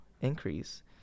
increase